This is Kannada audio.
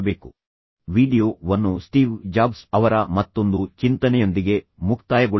ಮತ್ತು ನಾನು ವೀಡಿಯೊ ವನ್ನು ಮುಕ್ತಾಯಗೊಳಿಸುವ ಮೊದಲು ಸ್ಟೀವ್ ಜಾಬ್ಸ್ ಅವರ ಮತ್ತೊಂದು ಚಿಂತನೆಯೊಂದಿಗೆ ಮುಕ್ತಾಯಗೊಳಿಸೋಣ